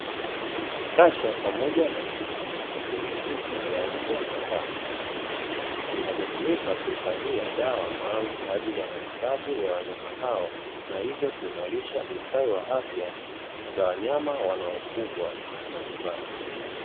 Kasha pamoja na chupa vyenye picha ya mbwa na paka, vinavyotumika kuhifadhia dawa maalumu kwa ajili ya matibabu ya wanyama hao, na hivyo kuimarisha ustawi wa afya za wanyama wanaofugwa majumbani.